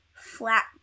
Flat